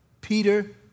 Peter